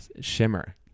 shimmer